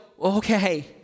okay